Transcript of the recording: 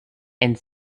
and